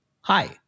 hi